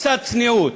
קצת צניעות,